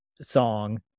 song